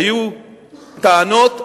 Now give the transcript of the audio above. היו טענות,